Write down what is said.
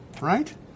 right